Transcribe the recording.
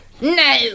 No